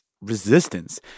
resistance